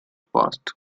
passed